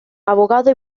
abogado